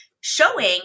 showing